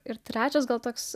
ir trečias gal toks